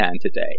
today